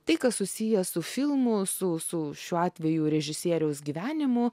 tai kas susiję su filmu su su šiuo atveju režisieriaus gyvenimu